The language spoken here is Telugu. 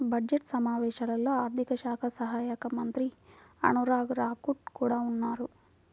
బడ్జెట్ సమావేశాల్లో ఆర్థిక శాఖ సహాయక మంత్రి అనురాగ్ ఠాకూర్ కూడా ఉన్నారు